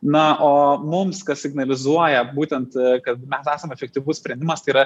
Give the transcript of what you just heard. na o mums ką signalizuoja būtent kad mes esam efektyvus sprendimas tai yra